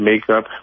makeup